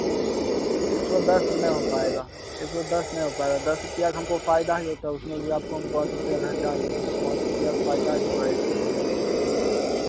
एक सौ दस नै हो पाएगा एक सौ दस नै हो पाएगा दस रुपया का हमको फ़ायदा ही होता उसमें भी आपको हम पाँच रुपया घाटा ही दिए अब पाँच रुपया का फ़ायदा ही होगा एक के जी में हमको